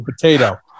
potato